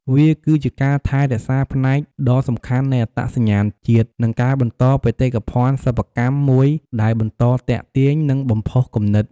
វាគឺជាការថែរក្សាផ្នែកដ៏សំខាន់នៃអត្តសញ្ញាណជាតិ និងការបន្តបេតិកភណ្ឌសិប្បកម្មមួយដែលបន្តទាក់ទាញ និងបំផុសគំនិត។